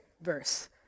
verse